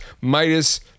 Midas